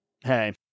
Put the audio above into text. hey